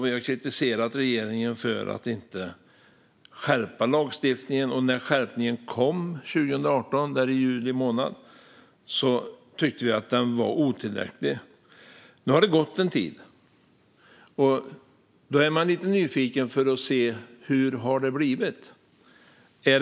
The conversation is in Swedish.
Vi har kritiserat regeringen för att den inte skärpt lagstiftningen, och när skärpningen kom i juli 2018 tyckte vi att den var otillräcklig. Nu har det gått en tid. Jag är lite nyfiken på hur det har blivit. Har någon blivit rapporterad?